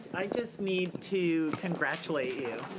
i just need to congratulate you.